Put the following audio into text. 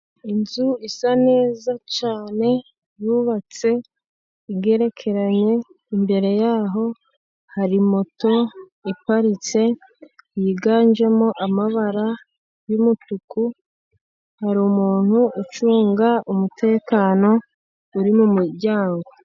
Inzu isa neza cyane yubatse igerekeranye imbere yaho hari moto iparitse yiganjemo amabara y'umutuku hari umuntu ucunga umutekano uri mu muryango.